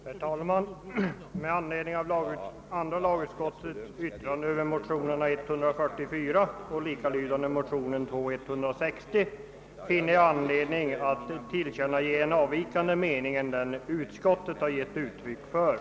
Herr talman! Med anledning av andra lagutskottets utlåtande över de likalydande motionerna I1:144 och II:160 finner jag anledning att tillkännage en annan mening än den utskottet gett uttryck för.